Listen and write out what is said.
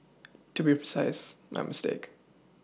to be precise my mistake